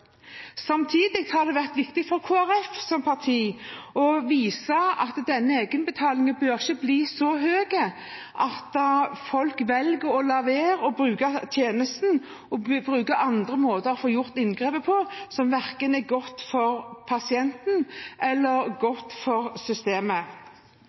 Samtidig har det vært viktig for Kristelig Folkeparti som parti å vise at denne egenbetalingen ikke bør bli så høy at folk velger å la være å bruke tjenesten, og velger å bruke andre måter å få gjort inngrepet på som verken er godt for pasienten eller